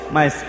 mas